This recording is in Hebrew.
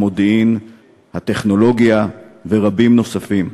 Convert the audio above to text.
המודיעין והטכנולוגיה ורבים נוספים.